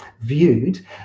viewed